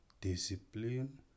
discipline